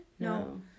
No